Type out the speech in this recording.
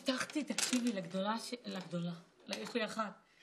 ואז צריך לנקוט כל מיני כלים מלאכותיים בשביל להאט את